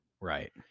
Right